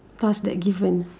task that given